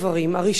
הראשון,